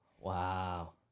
Wow